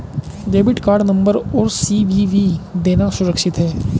Debit card number और CVV देना सुरक्षित है?